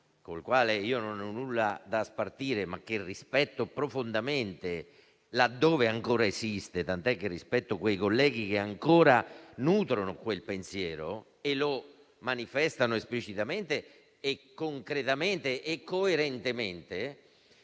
il quale non ho nulla da spartire, ma che rispetto profondamente, laddove ancora esiste, tant'è che rispetto quei colleghi che ancora nutrono quel pensiero e lo manifestano esplicitamente, concretamente e coerentemente.